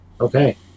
okay